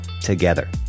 together